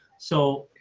so,